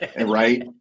right